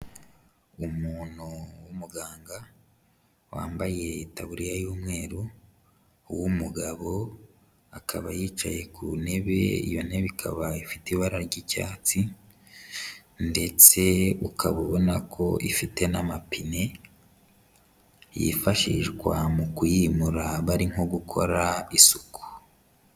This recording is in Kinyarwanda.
Umuntu w'umuganga wambaye itaburiya y'umweru w'umugabo, akaba yicaye ku ntebe iyo ntebe ikaba ifite ibara ry'icyatsi, ndetse ukaba ubona ko ifite n'amapine yifashishwa mu kuyimura bari nko gukora isuku.